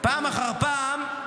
-- פעם אחר פעם,